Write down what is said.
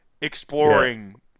exploring